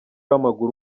w’amaguru